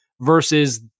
versus